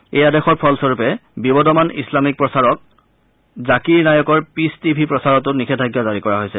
এই আদেশৰ ফলস্বৰূপে বিবদমান ইছলামিক প্ৰচাৰক জাকিৰ নায়কৰ পিচ টিভি প্ৰচাৰতো নিষেধাজ্ঞা জাৰি কৰা হৈছে